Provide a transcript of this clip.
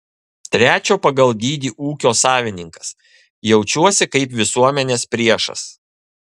trečio pagal dydį ūkio savininkas jaučiuosi kaip visuomenės priešas